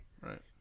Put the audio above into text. Right